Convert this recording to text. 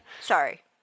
Sorry